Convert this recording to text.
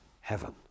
heaven